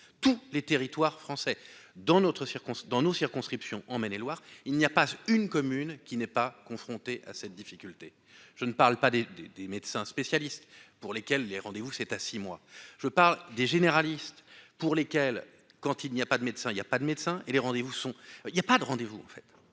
dans d'autres circonstances, dans nos circonscriptions, en Maine-et-Loire, il n'y a pas une commune qui n'est pas confronté à cette difficulté, je ne parle pas des, des, des médecins spécialistes pour lesquels les rendez-vous cette ah si, moi je parle des généralistes pour lesquels quand il n'y a pas de médecin, il y a pas de médecins et les rendez-vous sont il y a pas de rendez-vous en fait